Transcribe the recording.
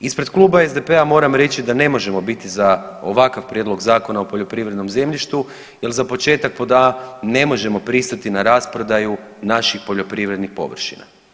Ispred Kluba SDP-a moram reći da ne možemo biti za ovakav prijedlog Zakona o poljoprivrednom zemljištu jel za početak ne možemo pristati na rasprodaju naših poljoprivrednih površina.